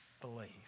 believe